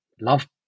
Love